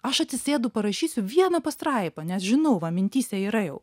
aš atsisėdu parašysiu vieną pastraipą nes žinau va mintyse yra jau